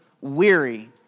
weary